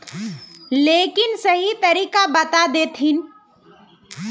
लेकिन सही तरीका बता देतहिन?